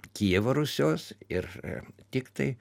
kijevo rusios ir tiktai